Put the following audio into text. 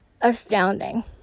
astounding